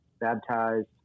baptized